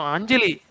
Anjali